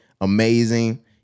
amazing